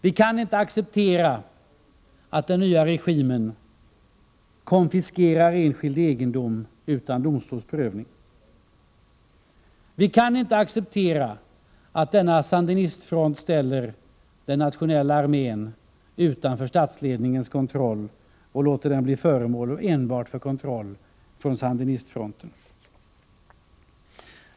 Vi kan inte acceptera att den nya regimen konfiskerar enskild egendom utan domstols prövning. Vi kan inte acceptera att denna sandinistfront ställer den nationella armén utanför statsledningens kontroll och låter den bli föremål enbart för kontroll från sandinistfronten.